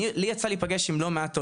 לי יצא להיפגש עם לא מעט עולים,